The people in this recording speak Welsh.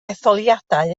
etholiadau